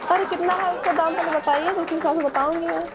अरे कितना है उसका दाम पहले बताइए तो उसी हिसाब से बताउँगी मैं